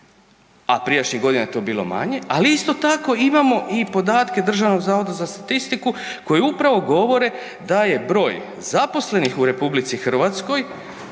a prijašnjih godina je to bilo manje ali isto tako imamo i podatke DZS-a koji upravo govore da je broj zaposlenih u RH od